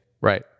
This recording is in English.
right